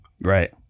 Right